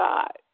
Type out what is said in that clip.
God